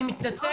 אני ממש מתנצלת,